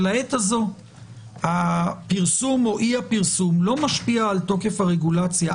שלעת הזו הפרסום או אי הפרסום לא משפיע על תוקף הרגולציה,